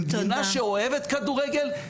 במדינה שאוהבת כדורגל,